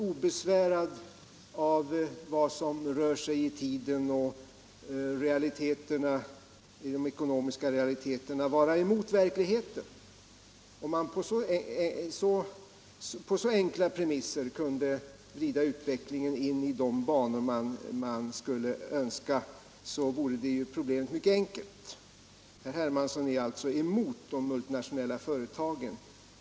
Obesvärad av vad som rör sig i tiden och av de ekonomiska realiteterna går han emot verkligheten. Om man på sådana premisser kunde vrida utvecklingen in i de banor man skulle önska vore problemet mycket enkelt. Herr Hermansson är alltså emot de multinationella företagen.